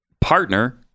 partner